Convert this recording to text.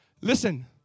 Listen